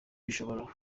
bishobora